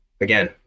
again